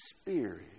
Spirit